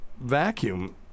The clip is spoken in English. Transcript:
vacuum